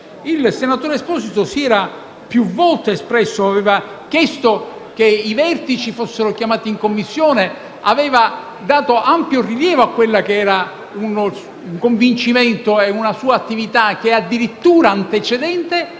Stefano Esposito si era più volte espresso: aveva chiesto che i vertici fossero chiamati in Commissione, aveva dato ampio rilievo al suo convincimento e alla sua attività che era addirittura antecedente